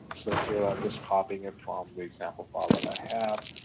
so here i'm just copying it from the example file that i have,